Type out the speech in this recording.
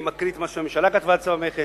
אני מקריא את מה שהממשלה כתבה על צו המכס: